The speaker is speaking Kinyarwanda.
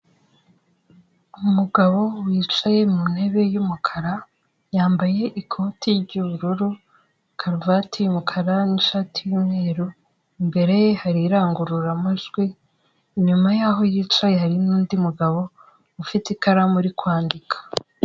Umugabo wicaye mu ntebe y'umukara, yambaye ikoti ry'ubururu, karuvati y'umukara n'ishati y'umweru, imbere ye hari irangururamajwi, inyuma yaho yicaye hari n'undi mugabo ufite ikaramu uri kwandika.